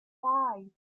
five